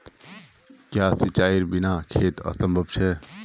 क्याँ सिंचाईर बिना खेत असंभव छै?